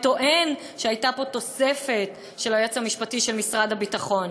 וטוען שהייתה פה תוספת של היועץ המשפטי של משרד הביטחון.